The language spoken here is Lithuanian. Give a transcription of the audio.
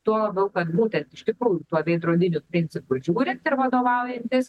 tuo labiau kad būtent iš tikrųjų tuo veidrodiniu principu žiūrint ir vadovaujantis